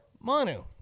Manu